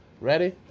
Ready